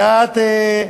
ואת,